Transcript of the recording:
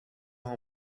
leur